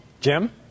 Jim